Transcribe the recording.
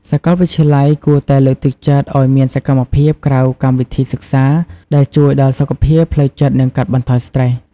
សាកលវិទ្យាល័យគួរតែលើកទឹកចិត្តឱ្យមានសកម្មភាពក្រៅកម្មវិធីសិក្សាដែលជួយដល់សុខភាពផ្លូវចិត្តនិងកាត់បន្ថយស្ត្រេស។